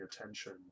attention